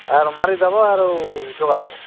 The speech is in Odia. ଆରୁ ମାରିଦେବେ ଆରୁ ଜଗାବୋ